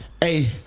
hey